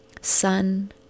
sun